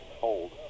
Hold